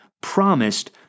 promised